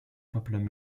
popular